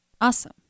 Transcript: Awesome